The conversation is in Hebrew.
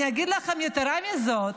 אני אגיד לכם יתרה מזאת,